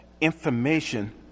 information